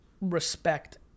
respect